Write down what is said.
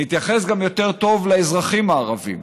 נתייחס יותר טוב גם לאזרחים הערבים.